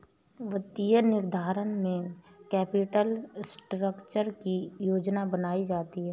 वित्तीय निर्धारण में कैपिटल स्ट्रक्चर की योजना बनायीं जाती है